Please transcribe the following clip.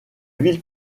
ville